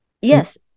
Yes